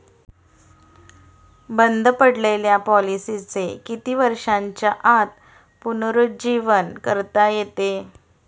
बंद पडलेल्या पॉलिसीचे किती वर्षांच्या आत पुनरुज्जीवन करता येते?